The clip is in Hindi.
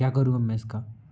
क्या करूँ अब मैं इसका